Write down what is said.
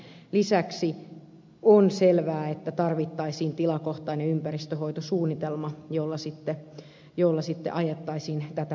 lisäksi on selvää että tarvittaisiin tilakohtainen ympäristönhoitosuunnitelma jolla sitten ajettaisiin tätä tärkeää asiaa